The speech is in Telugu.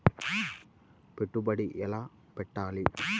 పెట్టుబడి ఎలా పెట్టాలి?